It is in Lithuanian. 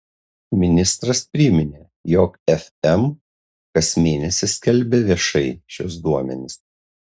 ministras priminė jog fm kas mėnesį skelbia viešai šiuos duomenis